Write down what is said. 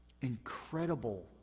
incredible